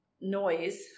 Noise